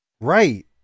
right